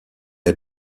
est